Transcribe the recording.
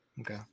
Okay